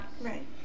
Right